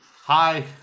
Hi